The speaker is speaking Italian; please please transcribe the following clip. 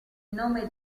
nome